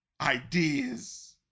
ideas